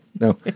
No